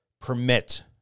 permit